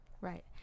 Right